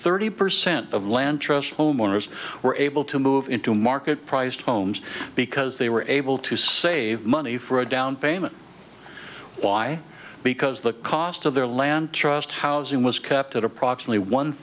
thirty percent of land trust homeowners were able to move into market prized homes because they were able to save money for a down payment why because the cost of their land trust housing was capped at approximately one